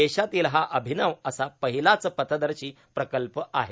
देशातील हा अभिनव असा पहिलाच पथदर्शी प्रकल्प आहे